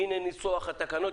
הינה ניסוח התקנות.